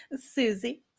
Susie